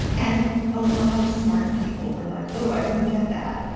and a lot of smart people were like, oh, i didn't get that.